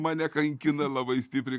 mane kankina labai stipriai